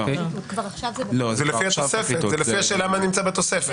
זה לפי השאלה מה נמצא בתוספת.